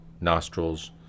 nostrils